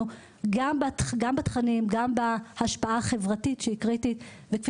גם בתכנים גם בהשפעה החברתית שהיא קריטית וכפי